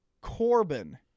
Corbin